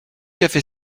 café